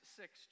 six